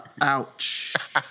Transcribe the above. Ouch